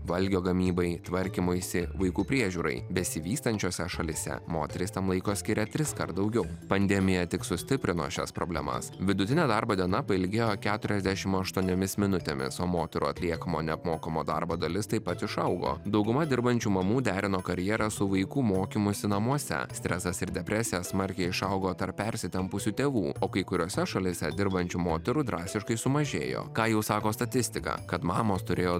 valgio gamybai tvarkymuisi vaikų priežiūrai besivystančiose šalyse moterys tam laiko skiria triskart daugiau pandemija tik sustiprino šias problemas vidutinė darbo diena pailgėjo keturiasdešim aštuoniomis minutėmis o moterų atliekamo neapmokamo darbo dalis taip pat išaugo dauguma dirbančių mamų derino karjerą su vaikų mokymusi namuose stresas ir depresija smarkiai išaugo tarp persitempusių tėvų o kai kuriose šalyse dirbančių moterų drastiškai sumažėjo ką jau sako statistika kad mamos turėjo